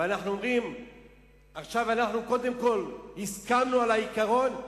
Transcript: ואנחנו אומרים שקודם כול הסכמנו על העיקרון,